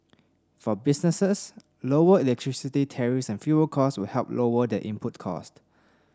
for businesses lower electricity tariffs and fuel costs will help lower their input costs